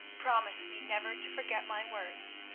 promise me never to forget my words.